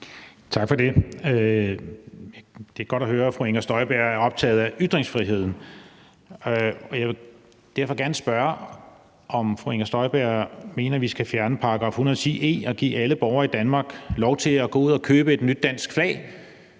Tak for det. Det er godt at høre, at fru Inger Støjberg er optaget af ytringsfriheden. Jeg vil derfor gerne spørge, om fru Inger Støjberg mener, at vi skal fjerne § 110 e og give alle borgere i Danmark lov til at gå ud og købe et nyt dansk flag,